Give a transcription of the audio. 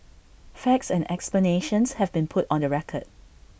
facts and explanations have been put on the record